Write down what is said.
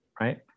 right